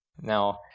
Now